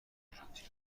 آرژانتین